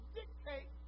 dictate